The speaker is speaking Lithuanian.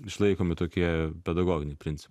išlaikomi tokie pedagoginiai principai